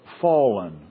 fallen